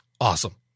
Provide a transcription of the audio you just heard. awesome